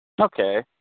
Okay